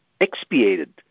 expiated